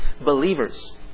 Believers